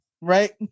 right